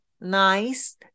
nice